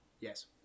Yes